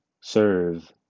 serve